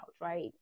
right